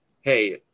hey